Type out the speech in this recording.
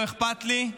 לא אכפת לי,